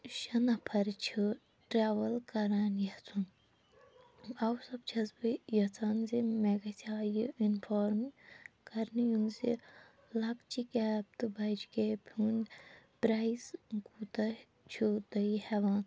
شےٚ نَفر چھِ ٹرٛیوٕل کَران یَژھُن اَوٕ سب چھیٚس بہٕ یَژھان زِ مےٚ گَژھہِ ہا یہِ اِنفارٕم کَرنہٕ یُن زِ لۄکچہِ کیبہِ تہٕ بَجہِ کیبہِ ہُنٛد پرٛایِس ٲں کوٗتاہ چھُو تُہۍ ہیٚوان